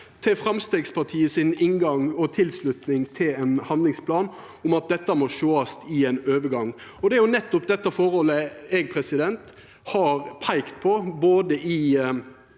til Framstegspartiet sin inngang og tilslutning til ein handlingsplan om at dette må sjåast i ein overgang. Det er jo nettopp dette forholdet eg har peika på, både i